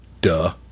duh